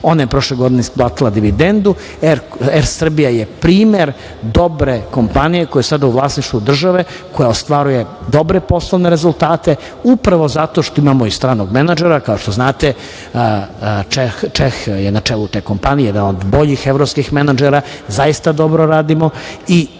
Ona je prošle godine isplatila dividendu. Dakle, „Er Srbija“ je primer dobre kompanije koja je sada u vlasništvu države, koja ostvaruje dobre poslovne rezultate upravo zato što imamo i stranog menadžera. Kao što znate Čeh je na čelu te kompanije, jedan od boljih evropskih menadžera. Zaista dobro radimo i upravo